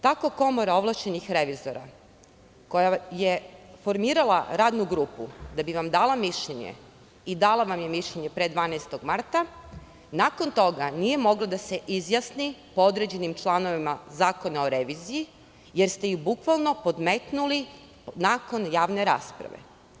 Tako je Komora ovlašćenih revizora koja je formirala radnu grupu da bi nam dala mišljenje i dala nam je mišljenje pre 12. marta nakon toga nije mogla da se izjasni o određenim članovima zakona o revizije jer ste bukvalno podmetnuli nakon javne rasprave.